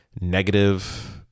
negative